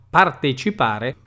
partecipare